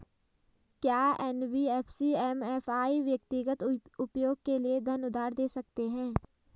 क्या NBFC MFI व्यक्तिगत उपयोग के लिए धन उधार दें सकते हैं?